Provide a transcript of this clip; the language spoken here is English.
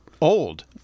old